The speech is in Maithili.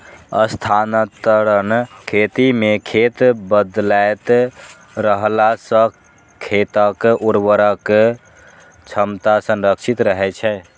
स्थानांतरण खेती मे खेत बदलैत रहला सं खेतक उर्वरक क्षमता संरक्षित रहै छै